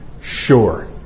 sure